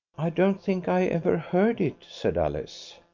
i don't think i ever heard it, said alice.